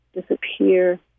disappear